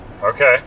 Okay